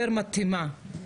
יותר מתאימה.